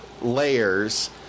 layers